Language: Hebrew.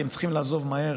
כי הם צריכים לעזוב מהר